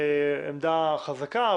עמדה חזקה,